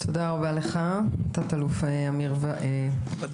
תודה רבה לך, תת אלוף אמיר ודמני.